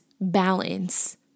balance